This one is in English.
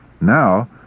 Now